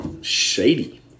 shady